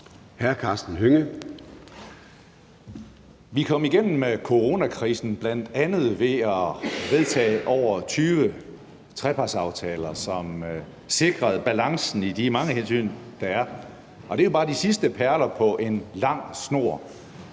Vi kom igennem coronakrisen ved bl.a. at vedtage over 20 trepartsaftaler, som sikrede balancen i de mange hensyn, der skulle tages. Og det er bare de sidste perler på en lang snor.